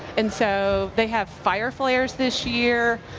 and so they have fire flairs this year.